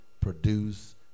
produce